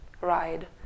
ride